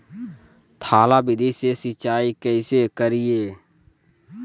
थाला विधि से सिंचाई कैसे करीये?